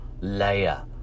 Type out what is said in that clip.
layer